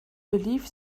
believe